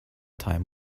time